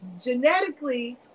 genetically